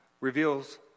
reveals